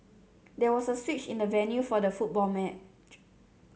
there was a switch in the venue for the football match